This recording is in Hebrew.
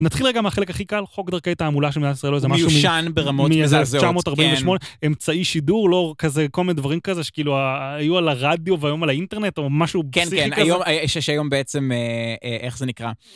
נתחיל רגע מהחלק הכי קל, חוק דרכי תעמולה של מדינת ישראל, או איזה משהו -מיושן ברמות מזעזעות. -מ-1948, אמצעי שידור, לא כזה כל מיני דברים כזה, שהיו על הרדיו והיום על האינטרנט, או משהו פסיכי כזה. -כן, כן, היום, יש היום בעצם, איך זה נקרא?